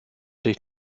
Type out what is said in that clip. dich